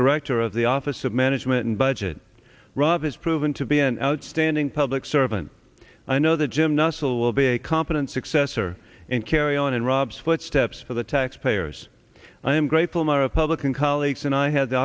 director of the office of management and budget rob has proven to be an outstanding public servant i know that jim nussle will be a competent successor and carry on in rob's footsteps for the taxpayers i am grateful no republican colleagues and i had the